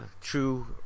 true